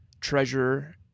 treasure